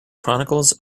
chronicles